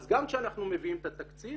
אז גם כשאנחנו מביאים את התקציב